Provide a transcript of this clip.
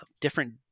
different